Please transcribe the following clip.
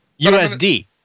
USD